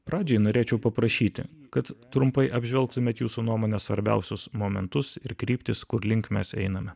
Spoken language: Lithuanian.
pradžiai norėčiau paprašyti kad trumpai apžvelgtumėt jūsų nuomone svarbiausius momentus ir kryptis kurlink mes einame